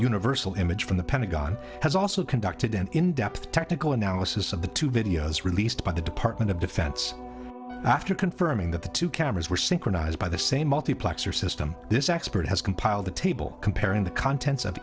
universal image from the pentagon has also conducted an in depth technical analysis of the two videos released by the department of defense after confirming that the two cameras were synchronized by the same multiplexer system this expert has compiled a table comparing the contents of